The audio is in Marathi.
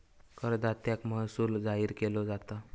करदात्याक महसूल जाहीर केलो जाता